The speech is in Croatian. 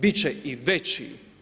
Biti će i veći.